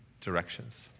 directions